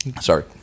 sorry